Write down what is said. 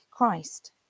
Christ